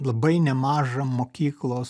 labai nemažą mokyklos